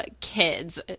kids